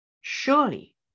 Surely